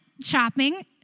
shopping